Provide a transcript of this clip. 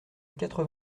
quatre